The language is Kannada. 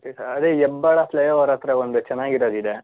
ಅದೇ ಹೆಬ್ಬಾಳ ಫ್ಲೈ ಓವರ್ ಹತ್ತಿರ ಒಂದು ಚೆನ್ನಾಗಿರೋದು ಇದೆ